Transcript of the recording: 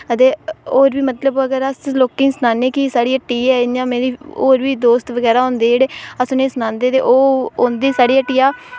अदे होर बी मतलब अगर अस लोकें ई सनाने क साढ़ी हट्टी ऐ इ'यां होर बी दोस्त बगैरा होंदे जेह्ड़े अस उ'नेंई सनांदे ते ओह् औंदे साढ़ी हट्टिया